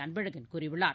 அன்பழகன் கூறியுள்ளார்